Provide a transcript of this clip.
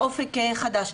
'אופק חדש',